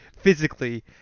physically